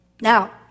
Now